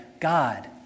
God